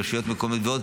רשויות מקומיות ועוד,